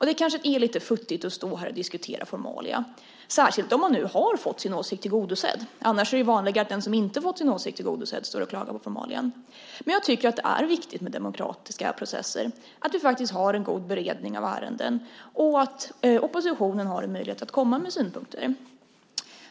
Det kanske är lite futtigt att stå här och diskutera formalia, särskilt om man nu har fått sin åsikt tillgodosedd. Annars är det ju vanligare att den som inte fått sin åsikt tillgodosedd står och klagar på formalian. Jag tycker dock att det är viktigt med demokratiska processer, att vi faktiskt har en god beredning av ärenden och att oppositionen har en möjlighet att komma med synpunkter.